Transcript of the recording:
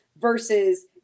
versus